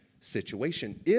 situation